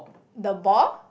the ball